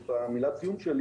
זאת מילת הסיום שלי